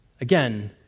again